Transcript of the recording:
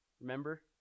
remember